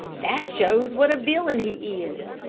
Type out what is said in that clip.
that shows what a villain he is.